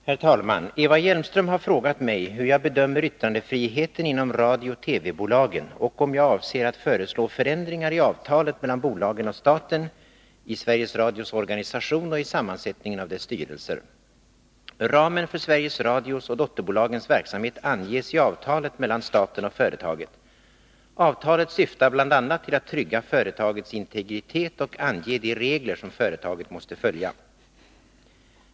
Herr talman! Eva Hjelmström har frågat mig hur jag bedömer yttrandefriheten inom radio/TV-bolagen och om jag avser att föreslå förändringar i avtalet mellan bolagen och staten, i Sveriges Radios organisation och i sammansättningen av dess styrelser. Ramen för Sveriges Radios och dotterbolagens verksamhet anges i avtalet mellan staten och företaget. Avtalet syftar bl.a. till att trygga företagets integritet och ange de regler som företaget måste följa.